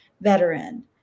veteran